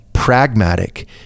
pragmatic